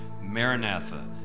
Maranatha